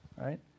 right